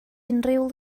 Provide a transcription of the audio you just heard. unrhyw